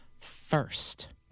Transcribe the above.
first